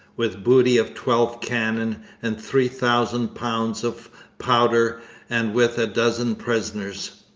with booty of twelve cannon and three thousand pounds of powder and with a dozen prisoners.